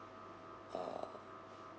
uh